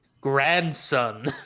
grandson